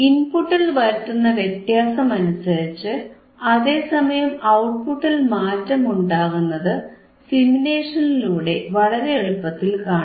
ഇൻപുട്ടിൽ വരുത്തുന്ന വ്യത്യാസമനുസരിച്ച് അതേസമയം ഔട്ട്പുട്ടിൽ മാറ്റമുണ്ടാകുന്നത് സിമുലേഷനിലൂടെ വളരെ എളുപ്പത്തിൽ കാണാം